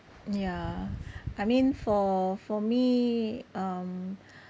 ya I mean for for me um